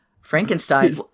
Frankenstein